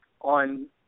on